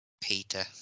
peter